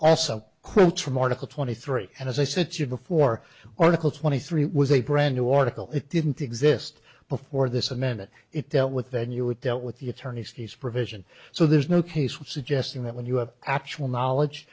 also quotes from article twenty three and as i said before oracle twenty three was a brand new order call it didn't exist before this amendment it dealt with then you were dealt with the attorney's fees provision so there's no case with suggesting that when you have actual knowledge